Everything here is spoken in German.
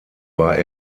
war